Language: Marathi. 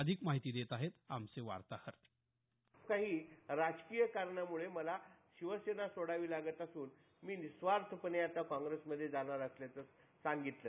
अधिक माहिती देत आहेत आमचे वार्ताहर काही राजकीय कारणांमुळे मला शिवसेना सोडावी लागत असून मी निस्वार्थपणे आता काँग्रेसमध्ये जाणार असल्याचं सांगितलं